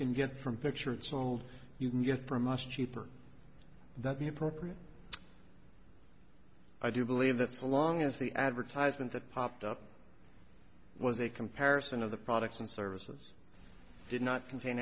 can get from picture it's sold you can get for a much cheaper than the appropriate i do believe that the long as the advertisement that popped up was a comparison of the products and services did not contain